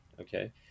Okay